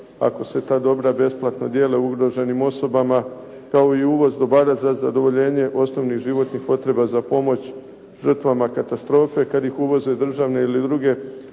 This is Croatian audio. ako se ta dobra besplatno dijete ugroženim osobama kao i uvoz dobara za zadovoljenje osnovnih životnih potreba za pomoć žrtvama katastrofe kada ih uvoze državne ili druge